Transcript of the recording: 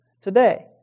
today